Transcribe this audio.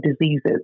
diseases